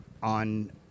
On